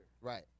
Right